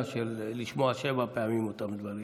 של לשמוע שבע פעמים את אותם דברים.